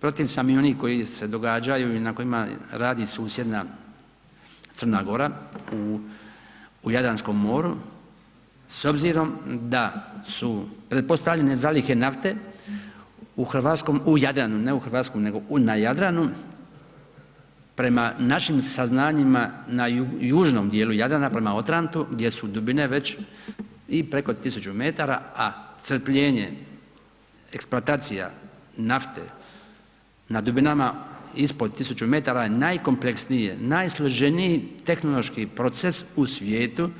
Protiv sam i onih koji se događaju i na kojima radi susjedna Crna Gora u Jadranskom moru s obzirom da su pretpostavljene zalihe nafte u hrvatskom, u Jadranu, ne u hrvatskom nego na Jadranu prema našim saznanjima na južnom dijelu Jadrana prema Otrantu gdje su dubine već i preko tisuću metara, a crpljenje, eksploatacija nafte na dubinama ispod tisuću metara je najkompleksniji, najsloženiji tehnološki proces u svijetu